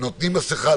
נותנים מסכה,